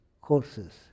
courses